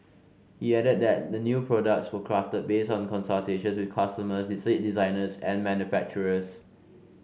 he added that the new products were crafted based on consultations with customers seat designers and manufacturers